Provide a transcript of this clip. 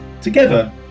Together